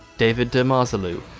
david de marzalou,